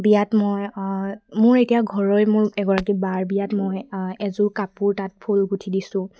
বিয়াত মই মোৰ এতিয়া ঘৰৰ মোৰ এগৰাকী বাৰ বিয়াত মই এযোৰ কাপোৰ তাত ফুল গুঠি দিছোঁ